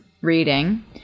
reading